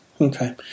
Okay